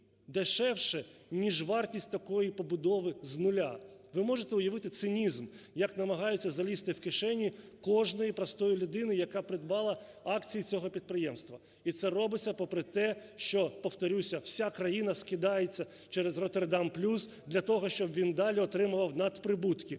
дешевше, ніж вартість такої побудови з нуля. Ви можете уявити цинізм, як намагаються залізти в кишені кожної простої людини, яка придбала акції цього підприємства. І це робиться попри те, що, повторюся, вся країна скидається через "Роттердам плюс" для того, щоб він далі отримував надприбутки.